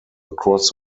across